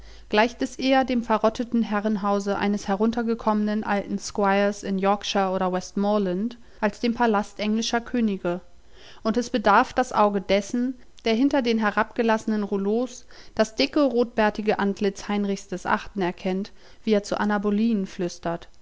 gleicht es eher dem verrotteten herrenhause eines heruntergekommenen alten squires in yorkshire oder westmoreland als dem palast englischer könige und es bedarf das auge dessen der hinter den herabgelassenen rouleaux das dicke rotbärtige antlitz heinrichs viii erkennt wie er zur anna bulen flüstert